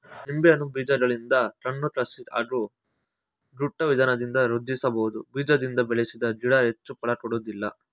ನಿಂಬೆಯನ್ನು ಬೀಜಗಳಿಂದ ಕಣ್ಣು ಕಸಿ ಹಾಗೂ ಗೂಟ ವಿಧಾನದಿಂದ ವೃದ್ಧಿಸಬಹುದು ಬೀಜದಿಂದ ಬೆಳೆಸಿದ ಗಿಡ ಹೆಚ್ಚು ಫಲ ಕೊಡೋದಿಲ್ಲ